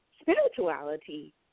spirituality